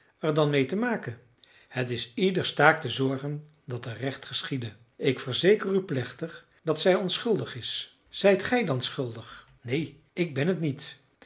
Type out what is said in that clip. dan mede te maken het is ieders taak te zorgen dat er recht geschiede ik verzeker u plechtig dat zij onschuldig is zijt gij dan schuldig neen ik ben het niet